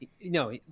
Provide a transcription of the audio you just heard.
No